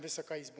Wysoka Izbo!